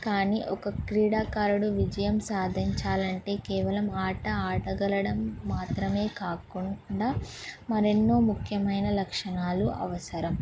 కానీ ఒక క్రీడాకారుడు విజయం సాధించాలంటే కేవలం ఆట ఆడగలడం మాత్రమే కాకుండా మరెన్నో ముఖ్యమైన లక్షణాలు అవసరం